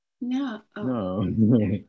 No